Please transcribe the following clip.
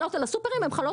הסופרים.